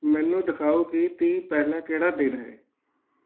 ਮੈਨੂੰ ਦਿਖਾਓ ਕਿ ਤੀਹ ਪਹਿਲਾ ਕਿਹੜਾ ਦਿਨ ਹੈ